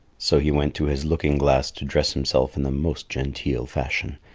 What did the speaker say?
so he went to his looking-glass to dress himself in the most genteel fashion.